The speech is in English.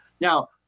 Now